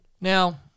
Now